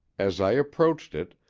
as i approached it,